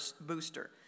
booster